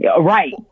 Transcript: Right